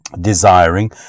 desiring